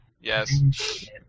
Yes